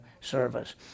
service